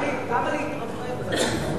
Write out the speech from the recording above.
אז למה להתרברב בכלל?